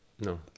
No